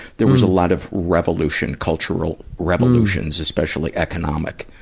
there was a lot of revolution, cultural revolutions, especially economic.